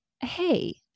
hey